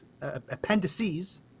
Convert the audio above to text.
appendices